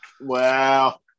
Wow